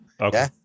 Okay